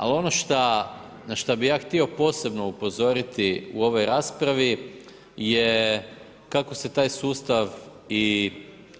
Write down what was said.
Ali ono što, na što bih ja htio posebno upozoriti u ovoj raspravi je kako se taj sustavi i